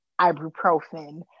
ibuprofen